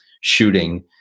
shooting